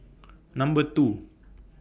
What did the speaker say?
Number two